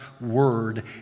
Word